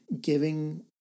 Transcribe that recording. giving